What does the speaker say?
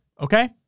Okay